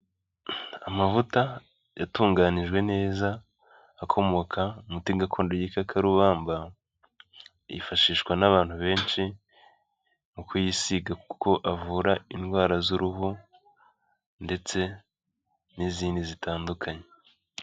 Amavuta yatunganijwe neza akomoka ku muti gakondo w'igikakarubamba, yifashishwa n'abantu benshi mu kuyisiga kuko avura indwara z'uruhu ndetse n'izindi zitandukanye.